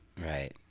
right